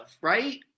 Right